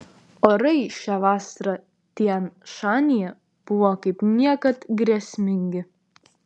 orai šią vasarą tian šanyje buvo kaip niekad grėsmingi